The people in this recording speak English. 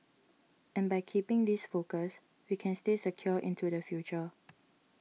and by keeping this focus we can stay secure into the future